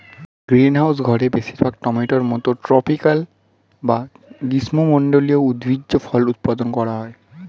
greenhouse ঘরে বেশিরভাগ টমেটোর মতো ট্রপিকাল বা গ্রীষ্মমন্ডলীয় উদ্ভিজ্জ ফল উৎপাদন করা হয়